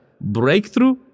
Breakthrough